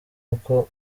uko